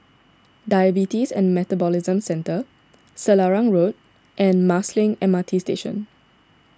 Diabetes and Metabolism Centre Selarang Road and Marsiling M R T Station